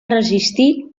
resistir